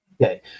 Okay